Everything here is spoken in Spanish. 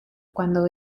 cuando